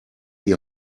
die